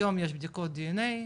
היום יש בדיקות ד.אן.איי.